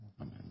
Amen